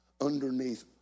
underneath